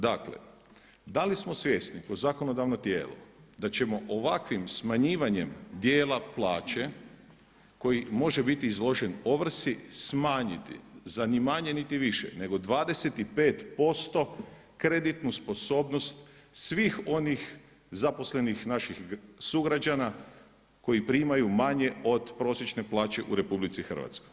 Dakle, da li smo svjesni to zakonodavno tijelo da ćemo ovakvim smanjivanjem dijela plaće koji može biti izložen ovrsi smanjiti za ni manje, niti više nego 25% kreditnu sposobnost svih onih zaposlenih naših sugrađana koji primaju manje od prosječne plaće u RH.